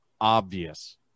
obvious